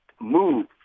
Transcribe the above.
move